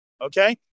Okay